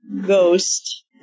Ghost